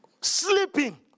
sleeping